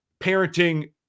parenting